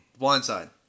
Blindside